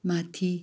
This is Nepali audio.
माथि